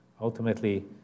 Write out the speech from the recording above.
Ultimately